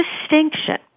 distinction